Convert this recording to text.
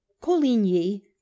Coligny